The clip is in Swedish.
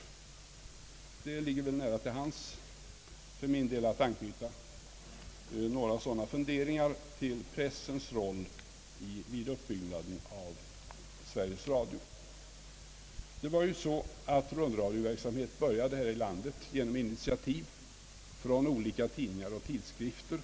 För min del ligger det nära till hands att anknyta dessa funderingar till pressens roll vid uppbyggnaden av Sveriges Radio. Rundradioverksamheten här i landet började som bekant genom initiativ från olika tidningar och tidskrifter.